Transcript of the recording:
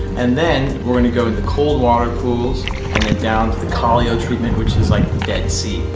and then we're going to go in the cold water pools and then down to the kalla ah treatment which is like the dead sea.